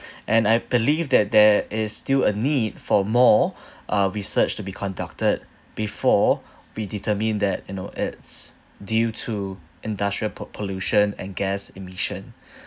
and I believe that there is still a need for more uh research to be conducted before we determine that you know it's due to industrial po~ pollution and gas emission